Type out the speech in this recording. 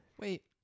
Wait